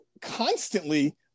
constantly